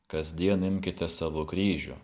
kasdien imkite savo kryžių